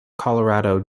colorado